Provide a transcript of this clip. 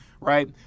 right